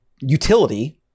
utility